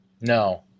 No